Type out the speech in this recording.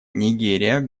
нигерия